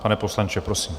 Pane poslanče, prosím.